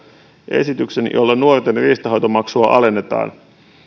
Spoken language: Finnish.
esityksen jolla nuorten riistanhoitomaksua alennetaan